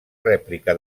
rèplica